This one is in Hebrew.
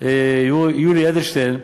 יולי אדלשטיין,